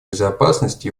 безопасность